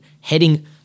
heading